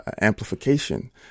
amplification